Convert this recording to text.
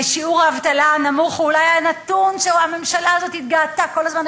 ושיעור האבטלה הנמוך הוא אולי הנתון שהממשלה הזאת התגאתה בו כל הזמן.